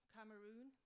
Cameroon